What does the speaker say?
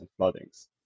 floodings